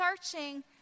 searching